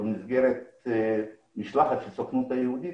במסגרת משלחת של הסוכנות היהודית,